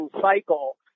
cycle